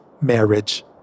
marriage